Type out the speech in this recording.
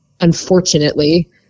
unfortunately